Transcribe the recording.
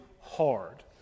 hard